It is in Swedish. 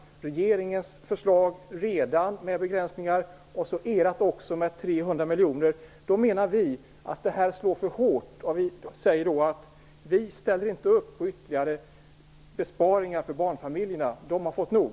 Därtill kommer regeringens förslag, som redan innehåller begränsningar, och så ert förslag, som innebär besparingar på 300 miljoner. Vi menar att det här slår för hårt. Vi ställer inte upp på ytterligare besparingar som drabbar barnfamiljerna. De har drabbats nog.